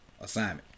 assignment